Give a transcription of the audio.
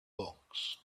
box